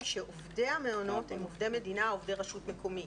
שעובדי המעונות הם עובדי מדינה או עובדי רשות מקומית,